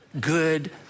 good